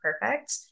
perfect